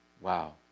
Wow